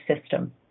system